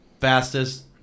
fastest